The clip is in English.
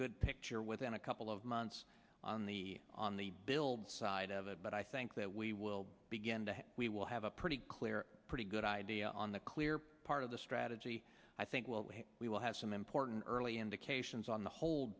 good picture within a couple of months on the on the build side of it but i think that we will begin to we will have a pretty clear pretty good idea on the clear part of the strategy i think we will have some important early indications on the hol